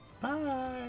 Bye